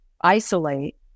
isolate